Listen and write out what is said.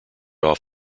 off